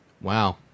Wow